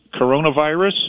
coronavirus